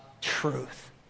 truth